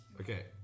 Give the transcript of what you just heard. Okay